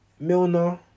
Milner